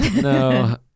No